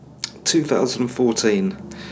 2014